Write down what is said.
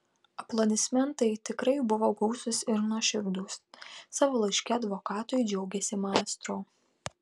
aplodismentai tikrai buvo gausūs ir nuoširdūs savo laiške advokatui džiaugėsi maestro